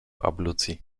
ablucji